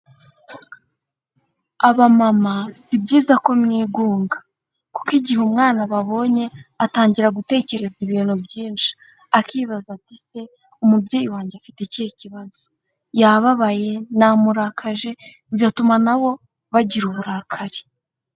Abamama si byiza ko mwigunga kuko igihe umwana ababonye atangira gutekereza ibintu byinshi. Akibaza ati "Ese umubyeyi wanjye afite ikihe kibazo?" Yababaye, namurakaje bigatuma na bo bagira uburakari.